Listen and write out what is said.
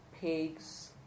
pigs